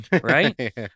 right